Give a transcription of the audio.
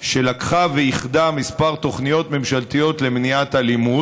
שלקחה ואיחדה כמה תוכניות ממשלתיות למניעת אלימות.